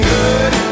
good